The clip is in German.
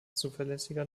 zuverlässiger